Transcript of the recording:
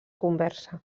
conversa